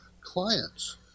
clients